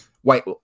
white